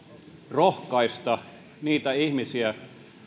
rohkaista niitä ihmisiä